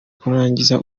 kurangiza